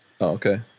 okay